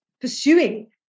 pursuing